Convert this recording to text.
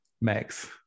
Max